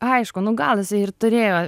aišku nu gal jisai ir turėjo